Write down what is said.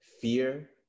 fear